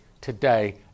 today